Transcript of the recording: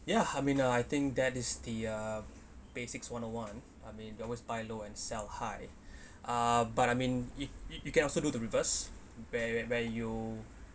ya I mean uh I think that is the uh basics one O one I mean they always buy low and sell high ah but I mean you you can also do the reverse where where you